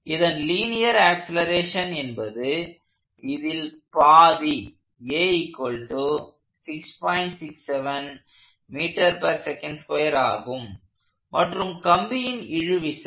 இதன் linear acceleration என்பது இதில் பாதி ஆகும் மற்றும் கம்பியின் இழுவிசை